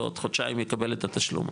בעוד חודשיים יקבל את התשלום,